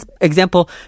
example